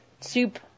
Soup